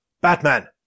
Batman